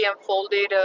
unfolded